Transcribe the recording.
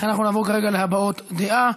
נעבור כרגע להבעות דעה.